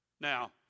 Now